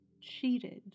cheated